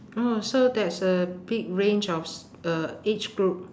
oh so that's a big range of s~ uh age group